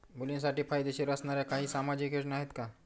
मुलींसाठी फायदेशीर असणाऱ्या काही सामाजिक योजना आहेत का?